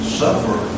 suffer